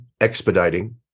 expediting